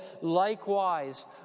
likewise